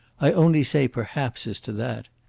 i only say perhaps as to that.